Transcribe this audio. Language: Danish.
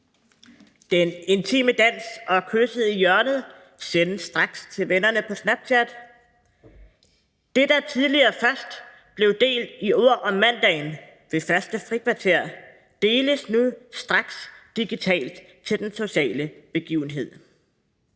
Den intime dans og kysset i hjørnet sendes straks til vennerne på Snapchat. Det, der tidligere først blev delt i ord om mandagen i det første frikvarter, deles nu straks digitalt til den sociale begivenhed.